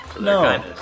No